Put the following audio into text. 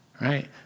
Right